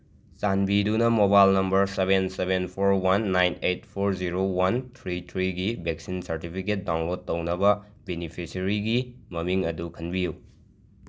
ꯆꯥꯟꯕꯤꯗꯨꯅ mobile number seven seven four one nine eight four zero one three ꯊ꯭ꯔꯤꯒꯤ vaccine ꯁꯥꯔꯗꯤꯕꯤꯒꯦꯠ download ꯇꯧꯅꯕ ꯕꯤꯅꯤꯐꯤꯁꯔꯤꯒꯤ ꯃꯤꯡ ꯑꯗꯨ ꯈꯟꯕꯤꯌꯨ